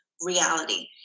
reality